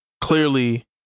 clearly